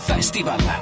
Festival